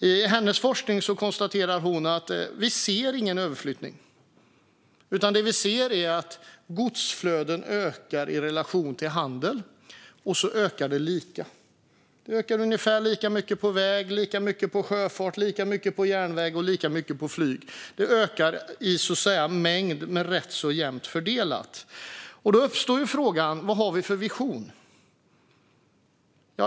I sin forskning konstaterar hon att vi inte ser någon överflyttning. Det vi ser är att godsflödena ökar i relation till handeln, och så ökar det lika. Det ökar ungefär lika mycket på väg, på sjöfart, på järnväg och på flyg. Mängden ökar, men den är ganska jämnt fördelad. Då uppstår frågan: Vad har vi för vision?